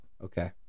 Okay